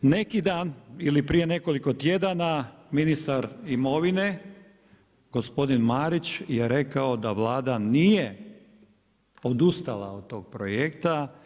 Neki dan ili prije nekoliko tjedana ministar imovine gospodin Marić je rekao da Vlada nije odustala od tog projekta.